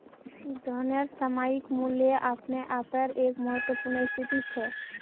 धनेर सामयिक मूल्य अपने आपेर एक महत्वपूर्ण स्थिति छेक